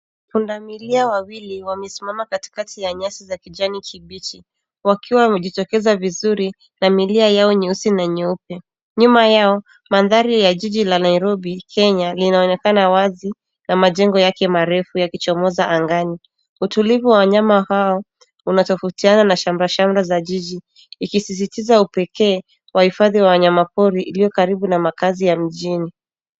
Pundamilia wawili wamesimama katikati ya nyasi za kijani kibichi wakiwa wamejitokeza vizuri na milia yao nyeusi na nyeupe. Nyuma yao mandhari ya jiji la Nairobi, Kenya linaonekana wazi na majengo yake marefu yakichomoza angani. Utulivu wa wanyama ambao unatofautiana na shamrashamra za jiji ikizizitiza upekee wa hifadhi wa wanyamapori iliyokaribu na makazi ya mijini.